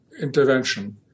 intervention